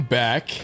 back